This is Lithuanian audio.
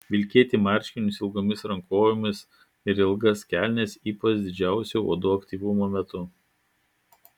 vilkėti marškinius ilgomis rankovėmis ir ilgas kelnes ypač didžiausio uodų aktyvumo metu